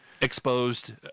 Exposed